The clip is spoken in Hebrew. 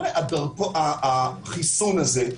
החיסון הזה,